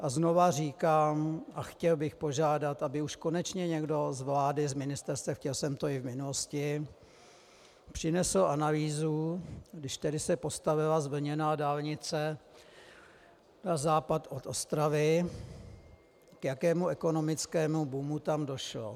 A znova říkám a chtěl bych požádat, aby už konečně někdo z vlády, z ministerstev, chtěl jsem to i v minulosti, přinesl analýzu, když tedy se postavila zvlněná dálnice na západ od Ostravy, k jakému ekonomickému boomu tam došlo.